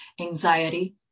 anxiety